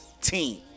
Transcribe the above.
team